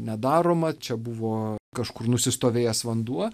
nedaroma čia buvo kažkur nusistovėjęs vanduo